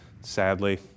sadly